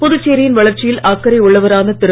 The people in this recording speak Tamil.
புதுச்சேரியின் வளர்ச்சியில் அக்கறை உள்ளவரான திரு